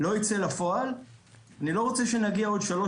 לא ייצא לפועל - אני לא רוצה שנגיע עוד שלוש